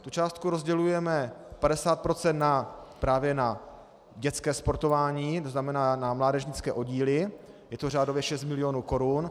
Tu částku rozdělujeme 50 % právě na dětské sportování, to znamená na mládežnické oddíly, je to řádově 6 milionů korun.